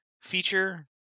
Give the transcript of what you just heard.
feature